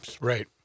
Right